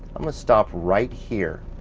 i'm gonna stop right here.